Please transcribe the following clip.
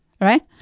right